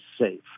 safe